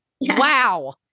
Wow